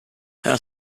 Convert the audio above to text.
her